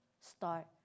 start